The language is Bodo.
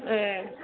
ए